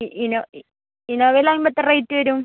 E ഇനോ ഇ ഇന്നോവയിൽ ആവുമ്പം എത്ര റേറ്റ് വരും